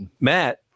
Matt